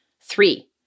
Three